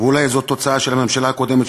ואולי זו תוצאה של הממשלה הקודמת,